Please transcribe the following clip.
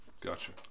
Gotcha